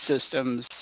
systems